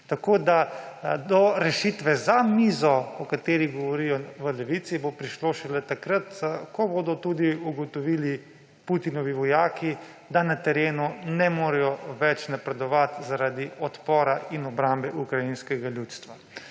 Tako da do rešitve za mizo, o kateri govorijo v Levici, bo prišlo šele takrat, ko bodo tudi ugotovili Putinovi vojaki, da na terenu ne morejo več napredovati zaradi odpora in obrambe ukrajinskega ljudstva.